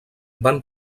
van